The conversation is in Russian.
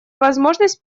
возможность